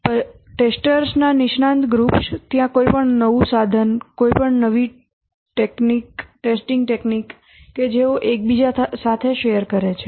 પરીક્ષકોના નિષ્ણાત ગ્રુપ્સ ત્યાં કોઈ પણ નવું સાધન કોઈપણ નવી પરીક્ષણ તકનીક છે જે તેઓ એકબીજા સાથે શેર કરે છે